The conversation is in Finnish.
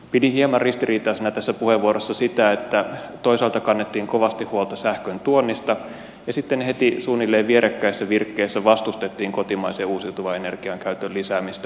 pidin hieman ristiriitaisena tässä puheenvuorossa sitä että toisaalta kannettiin kovasti huolta sähkön tuonnista ja sitten heti suunnilleen vierekkäisessä virkkeessä vastustettiin kotimaisen uusiutuvan energian käytön lisäämistä